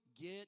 get